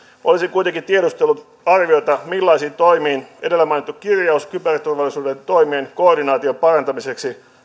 olisin kuitenkin tiedustellut arviota millaisiin toimiin edellä mainittu kirjaus kyberturvallisuuden toimien koordinaation parantamisesta